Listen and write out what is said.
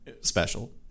special